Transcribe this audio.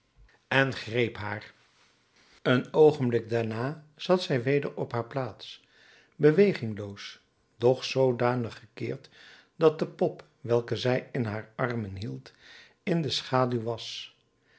en greep haar een oogenblik daarna zat zij weder op haar plaats bewegingloos doch zoodanig gekeerd dat de pop welke zij in haar armen hield in de schaduw was